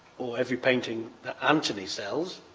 every painting that anthony sells